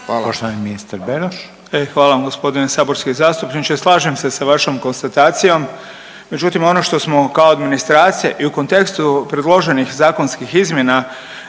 hvala vam g. saborski zastupniče, slažem se sa vašom konstatacijom, međutim ono što smo kao administracija i u kontekstu predloženih zakonskih izmjena